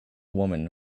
woman